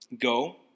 Go